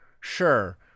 sure